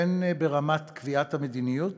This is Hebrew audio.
הן ברמת קביעת המדיניות